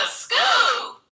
scoop